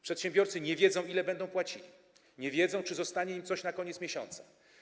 Przedsiębiorcy nie wiedzą, ile będą płacili, nie wiedzą, czy zostanie im coś na koniec miesiąca.